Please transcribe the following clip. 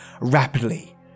rapidly